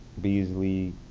Beasley